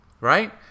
right